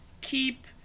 keep